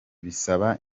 bisaba